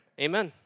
amen